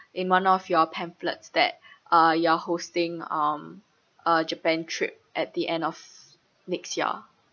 in one of your pamphlets that uh you are hosting um a japan trip at the end of next year